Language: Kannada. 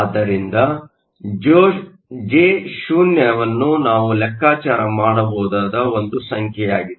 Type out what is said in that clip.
ಆದ್ದರಿಂದ Jo ನಾವು ಲೆಕ್ಕಾಚಾರ ಮಾಡಬಹುದಾದ ಒಂದು ಸಂಖ್ಯೆಯಾಗಿದೆ